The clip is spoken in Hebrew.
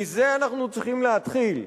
מזה אנחנו צריכים להתחיל.